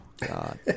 God